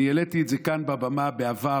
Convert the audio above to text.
העליתי את זה כאן בבמה בעבר,